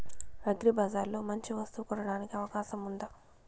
అగ్రిబజార్ లో మంచి వస్తువు కొనడానికి అవకాశం వుందా?